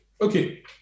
Okay